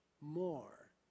more